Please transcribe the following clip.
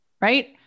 right